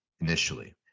initially